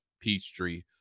Peachtree